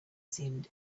seemed